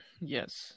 Yes